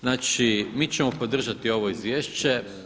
Znači, mi ćemo podržati ovo izvješće.